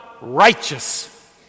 righteous